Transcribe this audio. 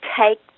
take